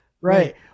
Right